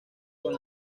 con